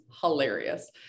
hilarious